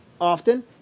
often